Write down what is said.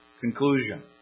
Conclusion